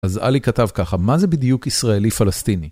אז עלי כתב ככה, מה זה בדיוק ישראלי פלסטיני?